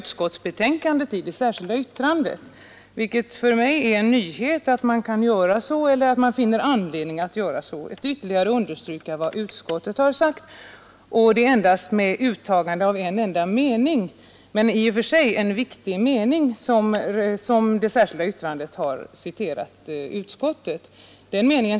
Trots detta föreligger ett särskilt yttrande från centerpartisterna, i vilket en del av utskottsbetänkandet återges. Det är för mig en nyhet att man på detta sätt understryker vad utskottet har sagt och plockar ut en enda mening ur det stycket i betänkandet. I och för sig är det en viktig mening.